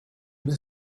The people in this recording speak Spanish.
una